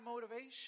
motivation